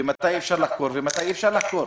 מתי אפשר לחקור ומתי אי אפשר לחקור.